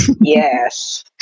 yes